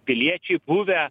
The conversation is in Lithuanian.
piliečiai buvę